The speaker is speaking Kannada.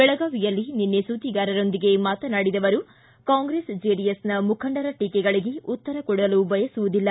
ಬೆಳಗಾವಿಯಲ್ಲಿ ನಿನ್ನೆ ಸುದ್ದಿಗಾರರೊಂದಿಗೆ ಮಾತನಾಡಿದ ಅವರು ಕಾಂಗ್ರೆಸ್ ಚೆಡಿಎಸ್ನ ಮುಖಂಡರ ಟೀಕೆಗಳಿಗೆ ಉತ್ತರ ಕೊಡಲು ಬಯಸುವುದಿಲ್ಲ